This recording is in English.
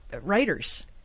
writers